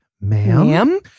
ma'am